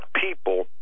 people